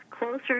closer